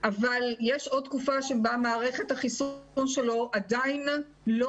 אבל יש עוד תקופה שבה מערכת החיסון שלו עדיין לא